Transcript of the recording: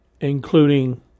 including